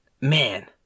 man